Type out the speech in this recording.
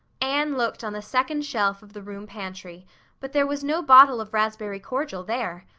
anne looked on the second shelf of the room pantry but there was no bottle of raspberry cordial there.